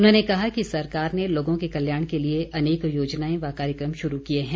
उन्होंने कहा कि सरकार ने लोगों के कल्याण के लिए अनेक योजनाएं व कार्यक्रम शरू किए हैं